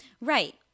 Right